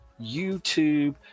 YouTube